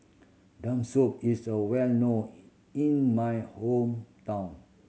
sum is a well known in in my hometown